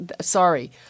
Sorry